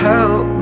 Help